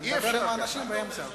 אתה מדבר עם אנשים באמצע.